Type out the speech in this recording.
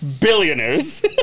billionaires